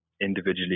individually